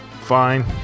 Fine